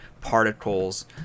particles